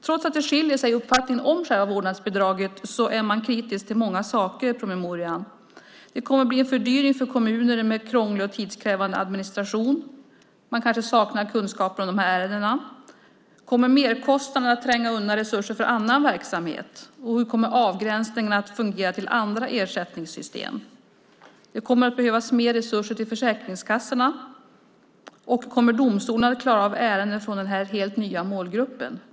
Trots att det skiljer i uppfattningen om själva vårdnadsbidraget är man kritisk till många saker i promemorian. Det kommer att bli en fördyring för kommuner genom krånglig och tidskrävande administration. De kanske saknar kunskaper om ärendena. Kommer merkostnaden att tränga undan resurser för annan verksamhet? Och hur kommer avgränsningen mot andra ersättningssystem att fungera? Det kommer att behövas mer resurser till Försäkringskassan, och frågan är om domstolarna kommer att klara av ärendena från denna helt nya målgrupp.